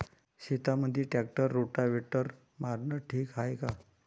शेतामंदी tractor rotavator मारनं ठीक हाये का?